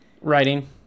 Writing